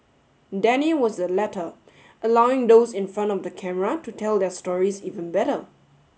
Danny was the latter allowing those in front of the camera to tell their stories even better